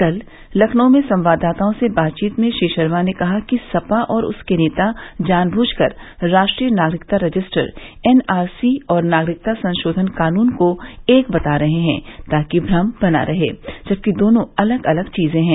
कल लखनऊ में संवाददाताओं से बातचीत में श्री शर्मा ने कहा कि सपा और उसके नेता जान बूझकर राष्ट्रीय नागरिकता रजिस्टर एनआरसी और नागरिकता संशोधन कानून को एक बता रहे हैं ताकि भ्रम बना रहे जबकि दोनों अलग अलग चीजें हैं